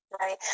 Right